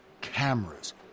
cameras